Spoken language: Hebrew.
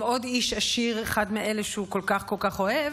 עם עוד איש עשיר, אחד מאלה שהוא כל כך כל כך אוהב,